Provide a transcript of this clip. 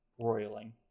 roiling